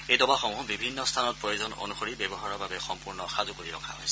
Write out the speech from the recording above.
এই ডবাসমূহ বিভিন্ন স্থানত প্ৰয়োজন অনুসৰি ব্যৱহাৰৰ বাবে সম্পূৰ্ণ সাজু কৰি ৰখা হৈছে